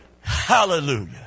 Hallelujah